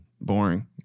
boring